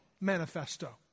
manifesto